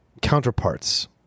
counterparts